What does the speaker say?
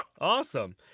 Awesome